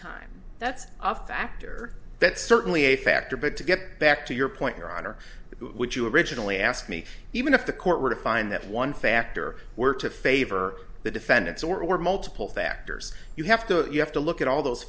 time that's a factor that's certainly a factor but to get back to your point your honor which you originally asked me even if the court were to find that one factor were to favor the defendants or or multiple factors you have to you have to look at all those